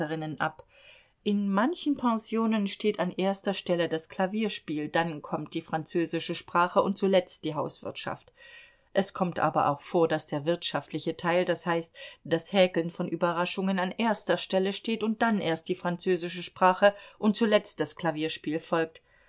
in manchen pensionen steht an erster stelle das klavierspiel dann kommt die französische sprache und zuletzt die hauswirtschaft es kommt aber auch vor daß der wirtschaftliche teil d h das häkeln von überraschungen an erster stelle steht und dann erst die französische sprache und zuletzt das klavierspiel folgt